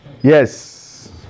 Yes